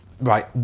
Right